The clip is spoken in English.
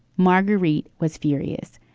marguerite was furious.